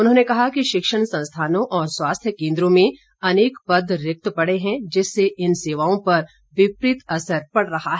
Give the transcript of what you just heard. उन्होंने कहा कि शिक्षण संस्थानों और स्वास्थ्य केन्द्रों में अनेक पद रिक्त पड़े हैं जिससे इन सेवाओं पर विपरीत असर पड़ रहा है